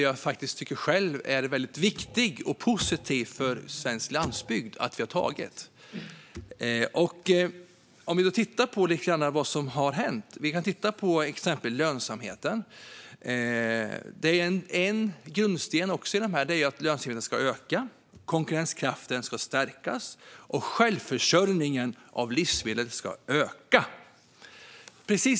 Jag tycker själv att det är viktigt och positivt för svensk landsbygd att vi har antagit den. Låt oss titta på vad som har hänt, till exempel med lönsamheten. En grundsten i detta är att lönsamheten ska öka, konkurrenskraften ska stärkas och självförsörjningen med livsmedel ska öka.